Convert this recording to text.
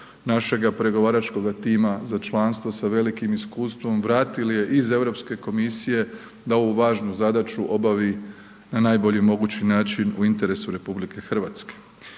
našega pregovaračkoga tima za članstvo sa velikim iskustvom, vratili je iz Europske komisije da ovu važnu zadaću obavi na najbolji mogući način u interesu RH. Imenovali